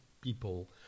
people